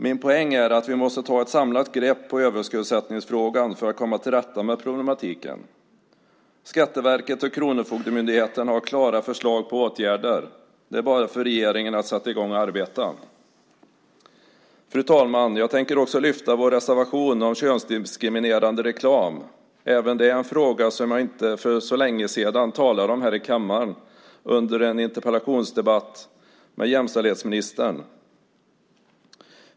Min poäng är att vi måste ta ett samlat grepp om överskuldsättningsfrågan för att komma till rätta med problematiken. Skatteverket och Kronofogdemyndigheten har klara förslag på åtgärder. Det är bara för regeringen att sätta i gång och arbeta. Fru talman! Jag tänker också lyfta fram vår reservation om könsdiskriminerande reklam, även det en fråga som jag för inte så länge sedan talade om här i kammaren under en interpellationsdebatt med jämställdhetsministern.